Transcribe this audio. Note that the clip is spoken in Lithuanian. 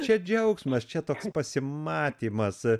čia džiaugsmas čia toks pasimatymas